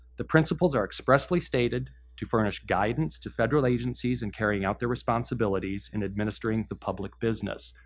the principles are expressly stated to furnish guidance to federal agencies in carrying out their responsibilities and administering the public business.